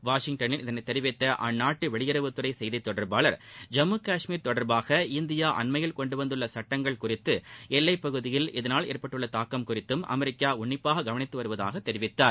வாஷிங்டன்னில் இதனை தெரிவித்த அந்நாட்டு வெளியுறவுத்துறை செய்தித்தொடர்பாளர் ஜம்மு கஷ்மீர் தொடர்பாக இந்தியா அண்மயில் கொண்டு வந்துள்ள சட்டங்கள் குறித்து எல்லைப்பகுதியில் இதனால் ஏற்பட்டுள்ள தாக்கம் குறித்தும் அமெரிக்கா உன்னிப்பாக கவனித்து வருவதாக தெரிவித்தார்